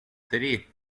три